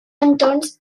entorns